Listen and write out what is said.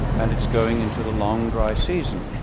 and it's going into the long dry season.